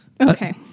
Okay